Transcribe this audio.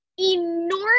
enormous